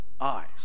eyes